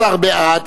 מי בעד?